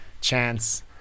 chance